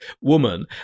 woman